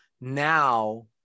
now